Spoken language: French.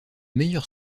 meilleur